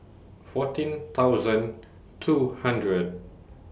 fourteen thousand two hundred